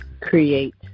create